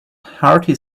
hearty